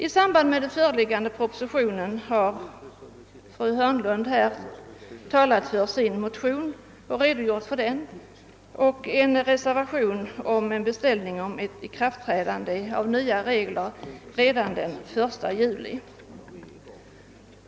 I samband med förevarande proposition har framställts ett motionsyrkande av fru Hörnlund, och fru Hörnlund har också redogjort för detta. I en reservation har samma yrkande, om ett ikraftträdande av nya regler redan den 1 juli 1970, framställts.